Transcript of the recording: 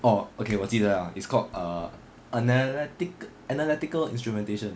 orh okay 我记得 liao it's called err analytic analytical instrumentation